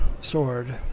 sword